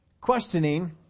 questioning